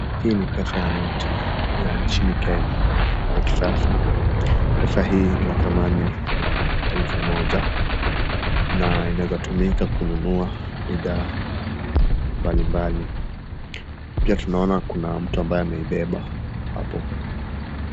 Hii ni pesa ya noti ya nchini kenya ya kisasa pesa hii inadhamani ya elfu moja na inaweza tumika kununua bidhaa mbali mbali pia tunaona kuna mtu ambaye ameibeba hapo.